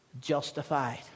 justified